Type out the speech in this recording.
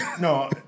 No